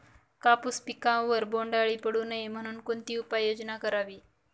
कापूस पिकावर बोंडअळी पडू नये म्हणून कोणती उपाययोजना करावी?